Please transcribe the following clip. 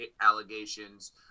allegations